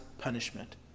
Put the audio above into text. punishment